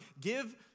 give